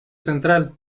central